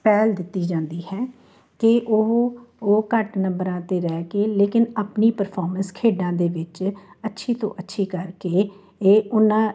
ਪਹਿਲ ਦਿੱਤੀ ਜਾਂਦੀ ਹੈ ਕਿ ਉਹ ਉਹ ਘੱਟ ਨੰਬਰਾਂ 'ਤੇ ਰਹਿ ਕੇ ਲੇਕਿਨ ਆਪਣੀ ਪਰਫੋਰਮੈਂਸ ਖੇਡਾਂ ਦੇ ਵਿੱਚ ਅੱਛੀ ਤੋਂ ਅੱਛੀ ਕਰਕੇ ਇਹ ਉਹਨਾਂ